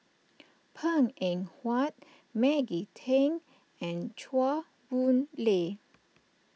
Png Eng Huat Maggie Teng and Chua Boon Lay